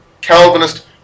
Calvinist